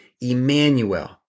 Emmanuel